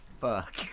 Fuck